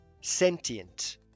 sentient